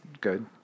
good